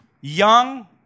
young